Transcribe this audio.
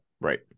Right